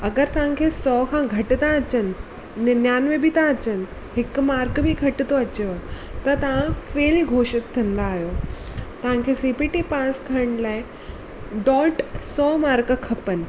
अगरि तव्हांखे सौ खां घटि था अचनि निनयानवे बि था अचनि हिक मार्क बि घटि थो अचेव त तव्हां फेल घोषित थींदा आहियो तव्हांखे सीपीटी पास थियण लाइ डोट सौ मार्क खपनि